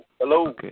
Hello